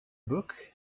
book